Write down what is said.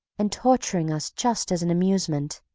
and torturing us just as an amusement.